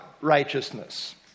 righteousness